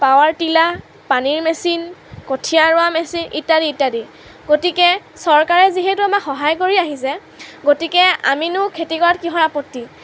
power tiller পানীৰ machine কঠীয়া ৰোৱা মেচিন ইত্যাদি ইত্যাদি গতিকে চৰকাৰে যিহেতু আমাক সহায় কৰি আহিছে গতিকে আমিনো খেতি কৰাত কিহৰ আপত্তি